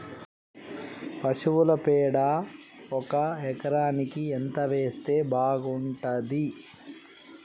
పశువుల పేడ ఒక ఎకరానికి ఎంత వేస్తే బాగుంటది?